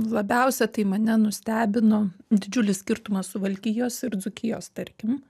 labiausia tai mane nustebino didžiulis skirtumas suvalkijos ir dzūkijos tarkim